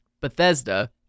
Bethesda